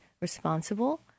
responsible